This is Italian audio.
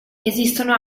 esistono